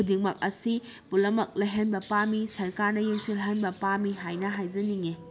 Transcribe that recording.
ꯈꯨꯗꯤꯡꯃꯛ ꯑꯁꯤ ꯄꯨꯝꯅꯃꯛ ꯂꯩꯍꯟꯕ ꯄꯥꯝꯃꯤ ꯁꯔꯀꯥꯔꯅ ꯌꯦꯡꯁꯤꯟꯍꯟꯕ ꯄꯥꯝꯃꯤ ꯍꯥꯏꯅ ꯍꯥꯏꯖꯅꯤꯡꯏ